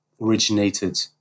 originated